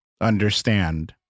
understand